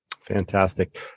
Fantastic